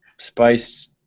Spiced